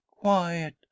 quiet